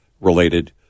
related